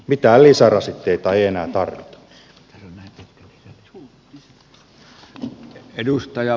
mitään lisärasitteita ei enää tarvita